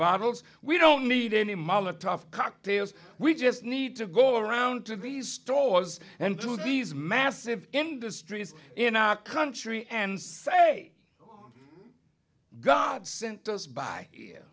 bottles we don't need any mala tough cocktails we just need to go around to these stores and do these massive industries in our country and say god sent us by